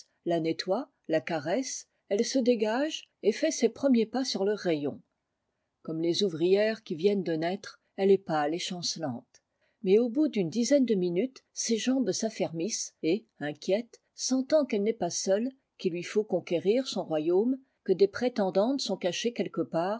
nettoient la caressent elle se dégage et fait ses premiers pas sur le rayon comme les ouvrières qui viennent de naître elle est pâle et chancelante mais au bout d'une dizaine de minutes ses jambes s'affermissent et inquiète sentant qu'elle n'est pas seule qu'il lui faut conquérir son royaume que des prétendantes sont cachées quelque part